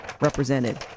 represented